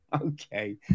okay